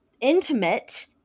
intimate